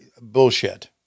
bullshit